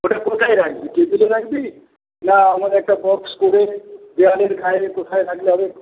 ওটা কোথায় রাখবি টেবিলে রাখবি না আমাদের একটা বক্স করে দেওয়ালের গায়ে কোথায় রাখলে হবে